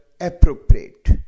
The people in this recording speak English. appropriate